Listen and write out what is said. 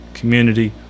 Community